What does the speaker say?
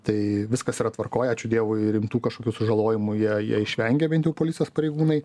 tai viskas yra tvarkoj ačiū dievui rimtų kažkokių sužalojimų jie jie išvengė bent jau policijos pareigūnai